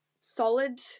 solid